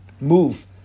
move